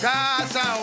Casa